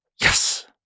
Yes